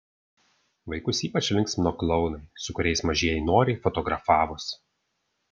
vaikus ypač linksmino klounai su kuriais mažieji noriai fotografavosi